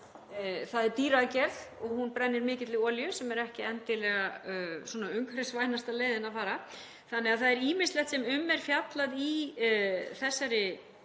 það er dýr aðgerð og hún brennir mikilli olíu sem er ekki endilega umhverfisvænasta leiðin að fara. Það er ýmislegt sem um er fjallað í þessari